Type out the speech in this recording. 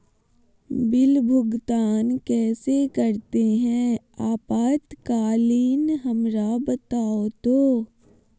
Bill भुगतान कैसे करते हैं आपातकालीन हमरा बताओ तो?